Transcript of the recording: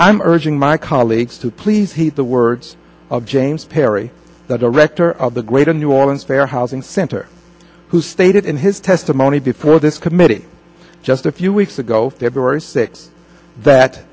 i'm urging my colleagues to please heed the words of james parry the director of the greater new orleans fair housing center who stated in his testimony before this committee just a few weeks ago their glory six that